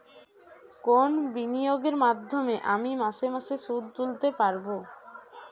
কোন বিনিয়োগের মাধ্যমে আমি মাসে মাসে সুদ তুলতে পারবো?